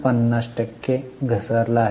50 टक्के घसरला आहे